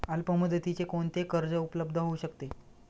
अल्पमुदतीचे कोणते कर्ज उपलब्ध होऊ शकते?